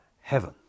heaven